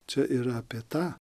čia yra apie tą